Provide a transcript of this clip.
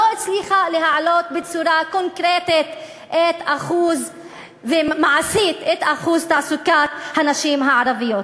לא הצליחה להעלות בצורה קונקרטית ומעשית את אחוז תעסוקת הנשים הערביות.